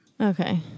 Okay